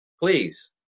please